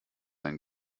ein